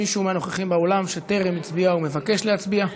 מהנוכחים באולם שטרם הצביע ומבקש להצביע?